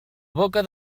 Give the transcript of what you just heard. boca